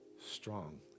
strong